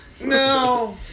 No